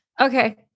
Okay